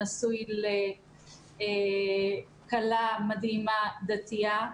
נשוי לכלה מדהימה דתיה,